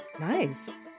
Nice